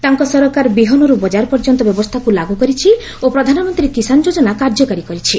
ତାଙ୍କ ସରକାର ବିହନରୁ ବଜାର ପର୍ଯ୍ୟନ୍ତ ବ୍ୟବସ୍ଥାକୃ ଲାଗ୍ର କରିଛି ଓ ପ୍ରଧାନମନ୍ତ୍ରୀ କିଷାନ ଯୋଜନା କାର୍ଯ୍ୟକାରୀ କରିଛି